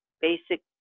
basic